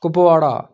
Kupwara